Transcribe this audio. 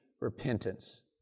repentance